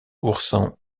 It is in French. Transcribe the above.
oursin